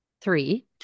three